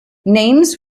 names